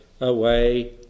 away